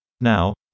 Now